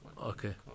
okay